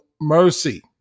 mercy